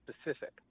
specific